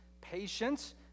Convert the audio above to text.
patience